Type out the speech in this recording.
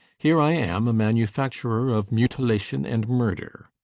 here i am, a manufacturer of mutilation and murder.